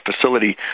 facility